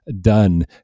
done